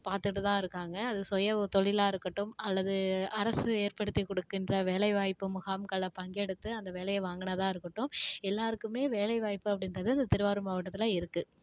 பார்த்துகிட்டுதான் இருக்காங்க அது சுய ஓ தொழிலா இருக்கட்டும் அல்லது அரசு ஏற்படுத்திக் கொடுக்கின்ற வேலைவாய்ப்பு முகாம்களை பங்கெடுத்து அந்த வேலையை வாங்கினதா இருக்கட்டும் எல்லோருக்குமே வேலைவாய்ப்பு அப்படின்றது அந்த திருவாரூர் மாவட்டத்தில் இருக்குது